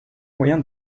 moyen